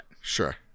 Sure